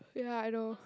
ya I know